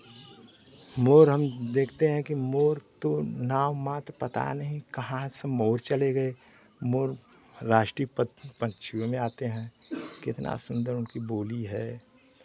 मोर हम देखते हैं कि मोर तो नाम मात्र पता नहीं कहाँ सब मोर चले गए मोर राष्ट्रीय पक् पक्षियों में आते हैं कितना सुंदर उनकी बोली है